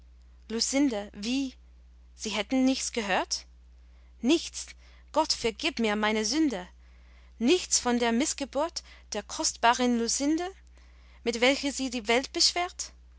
lucinde wie sie hätten nichts gehört nichts gott vergib mir meine sünde nichts von der mißgeburt der kostbaren lucinde mit welcher sie die welt beschwert